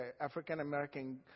african-american